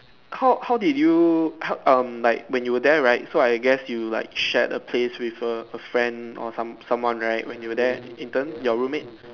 how how did you how um like when you there right so I guess you like shared a place with a a friend or some someone right when you there intern your roommates